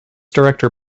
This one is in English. director